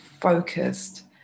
focused